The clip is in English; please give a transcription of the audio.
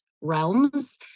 realms